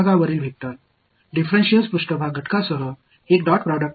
surface vector வேறுபாடு மேற்பரப்பு உறுப்புடன் கூடிய டாட் ப்ரோடக்ட் உள்ளது